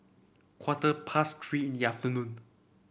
quarter past Three in the afternoon